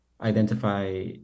identify